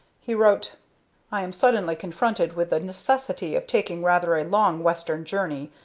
he wrote i am suddenly confronted with the necessity of taking rather a long western journey,